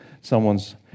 someone's